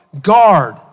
guard